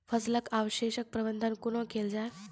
फसलक अवशेषक प्रबंधन कूना केल जाये?